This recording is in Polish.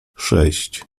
sześć